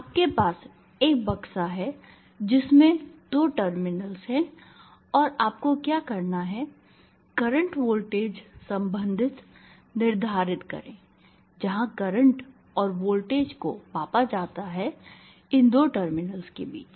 आपके पास एक बक्सा हैं जिसमें दो टर्मिनल्स हैं और आपको क्या करना है करंट वोल्टेज संबंध निर्धारित करें जहां करंट और वोल्टेज को मापा जाता है इन दो टर्मिनल्स के बीच